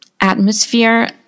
atmosphere